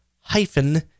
hyphen